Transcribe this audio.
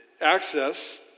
Access